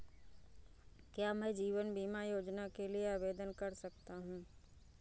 क्या मैं जीवन बीमा योजना के लिए आवेदन कर सकता हूँ?